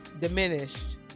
diminished